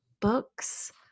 books